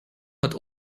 hat